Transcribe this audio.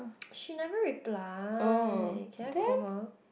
she never reply can I call her